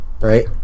right